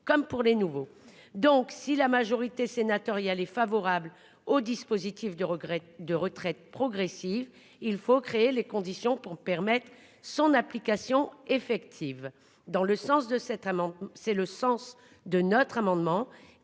comme pour les nouveaux. Si la majorité sénatoriale est favorable au dispositif de retraite progressive, il faut créer les conditions pour permettre son application effective. C'est le sens de notre amendement,